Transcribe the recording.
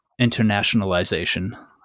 internationalization